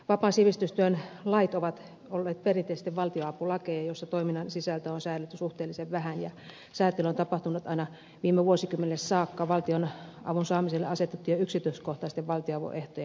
vapaan sivistystyön lait ovat olleet perinteisesti valtionapulakeja joissa toiminnan sisältöä on säädelty suhteellisen vähän ja säätely on tapahtunut aina viime vuosikymmenelle saakka valtionavun saamiselle asetettujen yksityiskohtaisten valtionavun ehtojen kautta